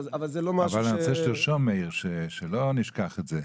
אבל אני רוצה שתרשום, מאיר, שלא נשכח את זה.